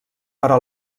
però